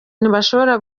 ntibashobora